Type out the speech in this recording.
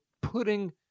putting